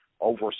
over